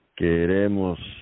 queremos